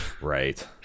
Right